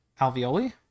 alveoli